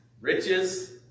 riches